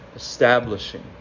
Establishing